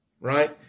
right